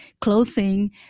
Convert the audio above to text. closing